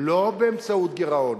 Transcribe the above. לא באמצעות גירעון,